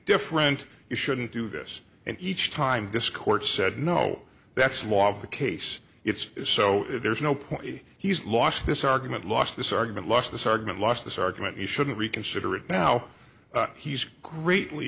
different you shouldn't do this and each time discourse said no that's more of the case it's so there's no point he's lost this argument lost this argument lost this argument lost this argument you shouldn't reconsider it now he's greatly